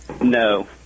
No